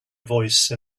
voice